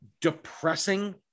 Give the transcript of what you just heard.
depressing